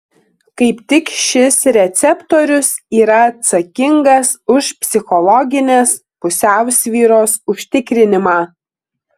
kaip tik šis receptorius yra atsakingas už psichologinės pusiausvyros užtikrinimą